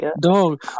Dog